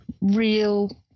real